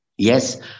Yes